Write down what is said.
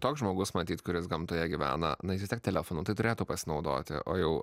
toks žmogus matyt kuris gamtoje gyvena na jis vis tiek telefonu tai turėtų pasinaudoti o jau